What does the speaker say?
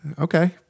Okay